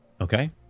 Okay